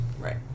Right